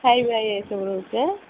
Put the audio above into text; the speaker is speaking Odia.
ଖାଇବା ଇଏ ସବୁ ରହୁଛି ଆଁ